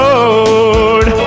Lord